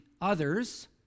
others